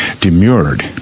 demurred